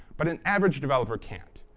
but an average developer can't.